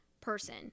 person